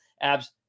Abs